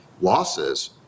losses